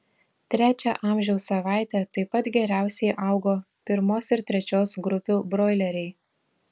trečią amžiaus savaitę taip pat geriausiai augo pirmos ir trečios grupių broileriai